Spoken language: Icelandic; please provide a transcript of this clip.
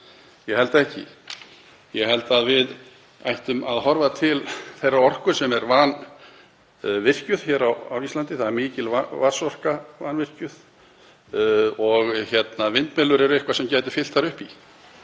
Ég held ekki. Ég held að við ættum að horfa til þeirrar orku sem er vanvirkjuð hér á Íslandi. Það er mikil vatnsorka vanvirkjuð og vindmyllur gætu fyllt upp í.